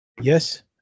Yes